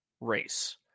race